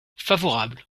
favorable